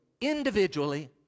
individually